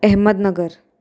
Ahmednagar